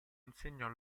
insegnò